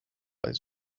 lies